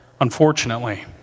Unfortunately